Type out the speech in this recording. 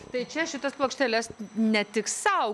tai čia šitas plokšteles ne tik sau